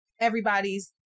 everybody's